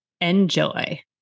Enjoy